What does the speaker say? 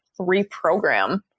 reprogram